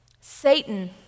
Satan